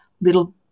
little